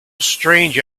strange